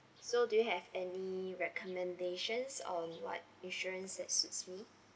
so do you have any recommendations on what insurance that suits me